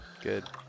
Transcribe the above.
good